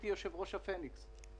האשראי.